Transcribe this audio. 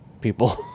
people